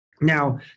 Now